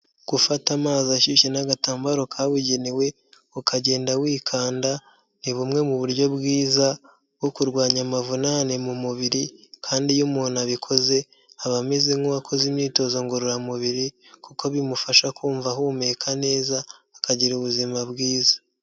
Gufata amazi ashyushye n'agatambaro kabugenewe, ukagenda wikanda, ni bumwe mu buryo bwiza bwo kurwanya amavunane mu mubiri, kandi iyo umuntu abikoze, aba ameze nk'uwakoze imyitozo ngororamubiri, kuko bimufasha kumva ahumeka neza, akagira ubuzima bwiza.